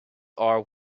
are